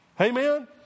Amen